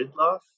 Ridloff